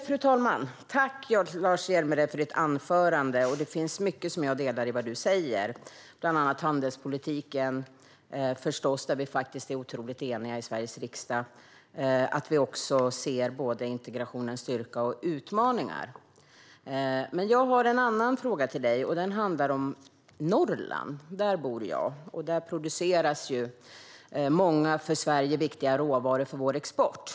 Fru talman! Tack, Lars Hjälmered, för ditt anförande! Det finns mycket av det du säger som jag instämmer i. Det gäller bland annat handelspolitiken, förstås, där vi faktiskt är otroligt eniga i Sveriges riksdag. Och vi ser också både integrationens styrka och integrationens utmaningar. Men jag har en annan fråga till dig. Den handlar om Norrland. Där bor jag, och där produceras många viktiga råvaror för Sveriges export.